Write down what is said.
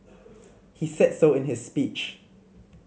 he said so in his speech